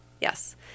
yes